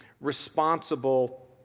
responsible